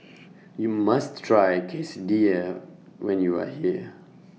YOU must Try Quesadillas when YOU Are here